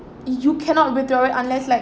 you cannot withdraw it unless like